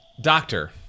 Doctor